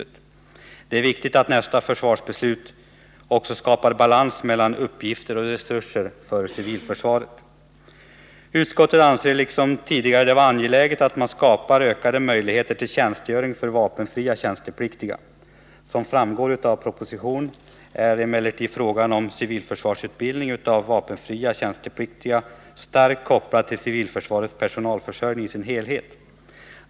Det är också viktigt att i nästa försvarsbeslut skapa balans mellan uppgifter och resurser för civilförsvaret. Utskottet anser liksom tidigare det vara angeläget att man skapar ökade möjligheter till tjänstgöring för vapenfria tjänstepliktiga. Som framgår av propositionen är emellertid frågan om civilförsvarsutbildning av vapenfria tjänstepliktiga starkt kopplad till civilförsvarets personalförsörjning i dess helhet.